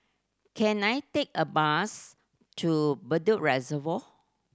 can I take a bus to Bedok Reservoir